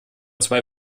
zwei